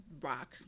rock